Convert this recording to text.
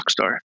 Rockstar